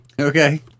Okay